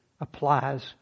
applies